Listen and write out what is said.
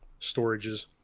storages